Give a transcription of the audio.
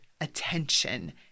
attention